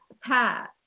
Pat